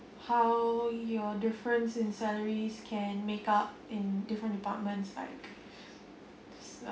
how your difference in salaries can make up in different departments like